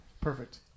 perfect